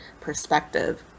perspective